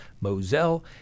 Moselle